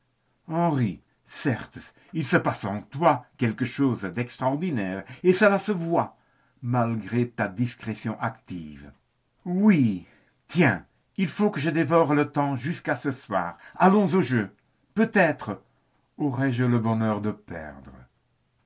certes il se passe en toi quelque chose d'extraordinaire et cela se voit malgré ta discrétion active oui tiens il faut que je dévore le temps jusqu'à ce soir allons au jeu peut-être aurai-je le bonheur de perdre